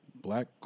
black